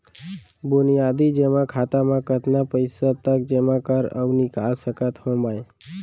बुनियादी जेमा खाता म कतना पइसा तक जेमा कर अऊ निकाल सकत हो मैं?